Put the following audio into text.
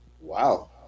Wow